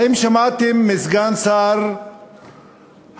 האם שמעתם מסגן שר האוצר,